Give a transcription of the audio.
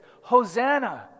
Hosanna